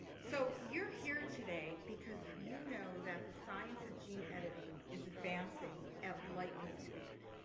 so you're here today because you know that the science of gene editing is advancing at lightning speed.